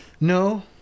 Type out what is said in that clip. No